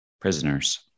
prisoners